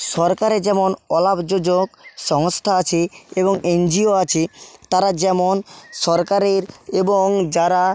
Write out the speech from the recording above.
সরকারের যেমন অলাভজনক সংস্থা আছে এবং এনজিও আছে তারা যেমন সরকারের এবং যারা